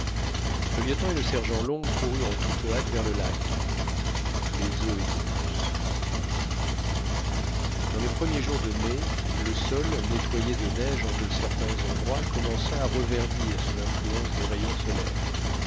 le lieutenant et le sergent long coururent en toute hâte vers le lac les eaux étaient douces dans les premiers jours de mai le sol nettoyé de neige en de certains endroits commença à reverdir sous l'influence des rayons solaires